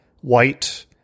white